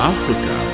Africa